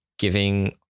giving